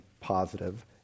positive